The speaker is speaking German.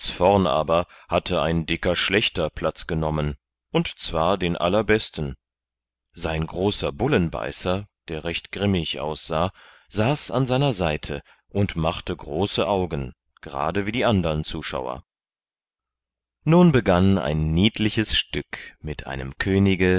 vorn aber hatte ein dicker schlächter platz genommen und zwar den allerbesten sein großer bullenbeißer der recht grimmig aussah saß an seiner seite und machte große augen gerade wie die andern zuschauer nun begann ein niedliches stück mit einem könige